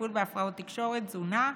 טיפול בהפרעות תקשורת ותזונה.